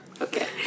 Okay